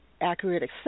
accurate